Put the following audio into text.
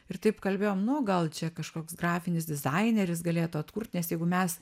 ir taip kalbėjom nu gal čia kažkoks grafinis dizaineris galėtų atkurt nes jeigu mes